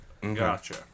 Gotcha